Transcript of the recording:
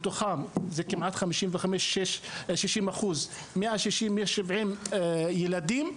50% ויותר מתוכם הם ילדים,